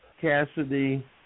Cassidy